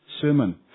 sermon